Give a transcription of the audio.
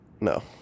No